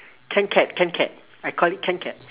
kancat kancat I call it kancat